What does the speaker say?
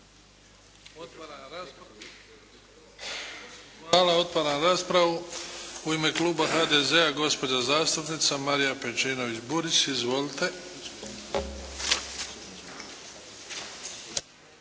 (HDZ)** Otvaram raspravu. U ime kluba HDZ-a gospođa zastupnica Marija Pejčinović Burić. Izvolite.